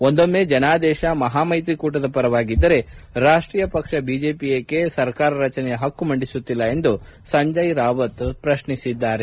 ಒಂದೊಮ್ನೆ ಜನಾದೇಶ ಮಹಾಮೈತ್ರಿ ಕೂಟದ ಪರವಾಗಿದ್ದರೆ ರಾಷ್ಟೀಯ ಪಕ್ಷ ಬಿಜೆಪಿ ಏಕೆ ಸರ್ಕಾರ ರಚನೆಯ ಹಕ್ಕು ಮಂಡಿಸುತ್ತಿಲ್ಲ ಎಂದು ಸಂಜಯ್ ರಾವತ್ ಪ್ರಶ್ನಿಸಿದ್ದಾರೆ